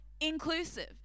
inclusive